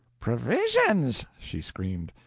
provisions! she screamed.